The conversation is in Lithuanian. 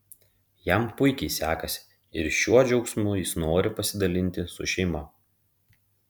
jam puikiai sekasi ir šiuo džiaugsmu jis nori pasidalinti su šeima